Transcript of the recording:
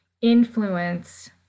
influence